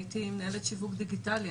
הייתי מנהלת שיווק דיגיטלי,